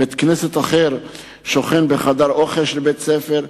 בית-כנסת אחר שכן בחדר האוכל של בית-ספר.